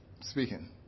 speaking